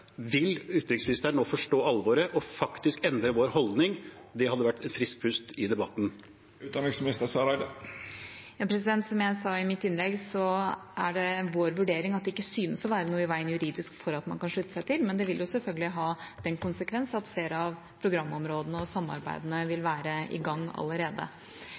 Vil utenriksministeren nå forstå alvoret og faktisk endre vår holdning? Det hadde vært et friskt pust i debatten. Som jeg sa i mitt innlegg, er det vår vurdering at det ikke synes å være noe i veien juridisk for at man kan slutte seg til. Men det vil selvfølgelig ha den konsekvens at flere av programområdene og samarbeidene vil være i gang allerede.